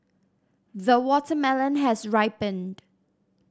the watermelon has ripened